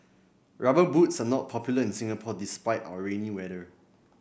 rubber boots are not popular in Singapore despite our rainy weather